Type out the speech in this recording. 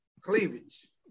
Cleavage